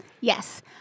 Yes